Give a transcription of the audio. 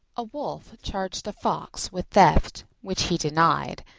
a wolf charged a fox with theft, which he denied,